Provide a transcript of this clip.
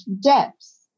depths